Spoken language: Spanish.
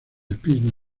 espíritu